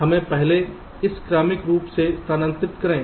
इसलिए हमें पहले इस क्रमिक रूप से स्थानांतरित करें